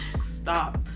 stop